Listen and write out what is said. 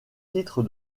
titre